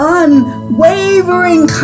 unwavering